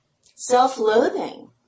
self-loathing